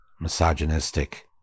misogynistic